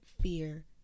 fear